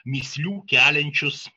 mįslių keliančius